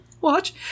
watch